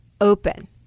open